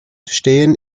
stehen